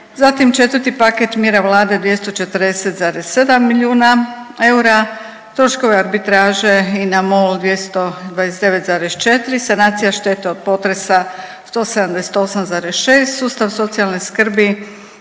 Zatim četvrti paket mjera Vlade 240,7 milijuna eura. Troškove arbitraže INA MOL 229,4 sanacija štete od potresa 178,6, sustav socijalne skrbi